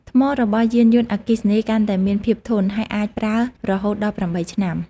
ថ្មរបស់យានយន្តអគ្គីសនីកាន់តែមានភាពធន់ ហើយអាចប្រើរហូតដល់ 8 ឆ្នាំ។